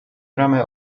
bramę